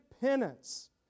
penance